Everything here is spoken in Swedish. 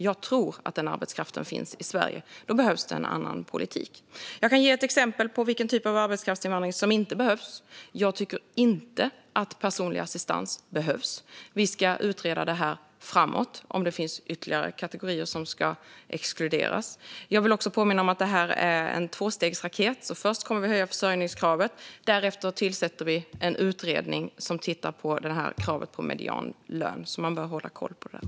Jag tror att den arbetskraften finns i Sverige, och då behövs en annan politik. Jag kan ge ett exempel på vilken typ av arbetskraftsinvandring som inte behövs: Jag tycker inte att personlig assistans behövs. Vi ska utreda det här framåt för att se om det finns ytterligare kategorier som ska exkluderas. Jag vill också påminna om att detta är en tvåstegsraket. Först kommer vi att höja försörjningskraven, och därefter tillsätter vi en utredning som tittar på kravet på medianlön. Man bör hålla koll även på detta.